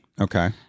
Okay